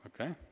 Okay